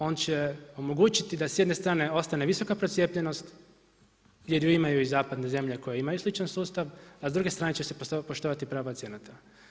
On će omogućiti da s jedne strane ostane visoka procijepljenost, gdje ju imaju i zapadne zemlje koje imaju sličan sustav, a s druge strane će se poštovati prava pacijenata.